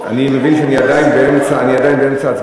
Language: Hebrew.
זה ברור, אני מבין שאני עדיין באמצע ההצבעה.